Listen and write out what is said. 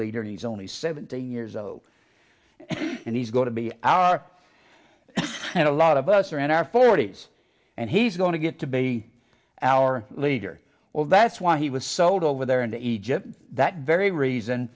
leader and he's only seventeen years old and he's going to be our and a lot of us are in our forty's and he's going to get to be our leader or that's why he was sold over there into egypt that very reason